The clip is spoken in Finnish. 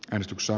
joensuussa